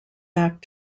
back